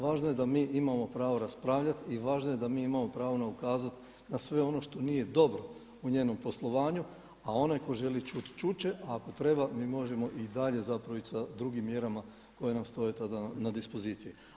Važno je da mi imamo pravo raspravljati i važno je da mi imamo pravo ukazati na sve ono što nije dobro u njenom poslovanju a onaj tko želi čuti čuti će a ako treba mi možemo i dalje zapravo ići sa drugim mjerama koje nam stoje tada na dispoziciji.